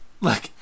Look